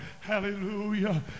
Hallelujah